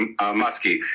muskie